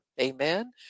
Amen